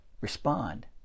respond